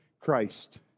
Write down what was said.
Christ